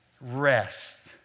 rest